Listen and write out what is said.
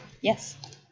yes